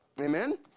Amen